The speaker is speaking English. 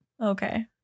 Okay